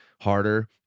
harder